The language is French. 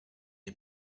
n’y